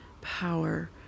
power